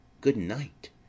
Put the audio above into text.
good-night